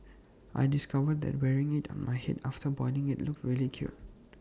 I discovered that wearing IT on my Head after boiling IT looked really cute